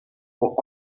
for